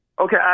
Okay